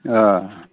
ए